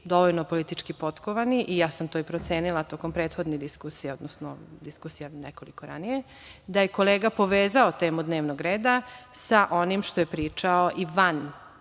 dovoljno politički potkovani i ja sam to i procenila tokomprethodne diskusije, odnosno diskusija nekoliko ranije, da je kolega povezao temu dnevnog reda sa onim što je pričao i van